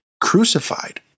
Crucified